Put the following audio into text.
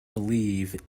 believe